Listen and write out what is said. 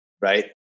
right